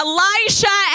Elisha